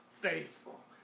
faithful